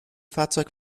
fahrzeug